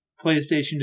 PlayStation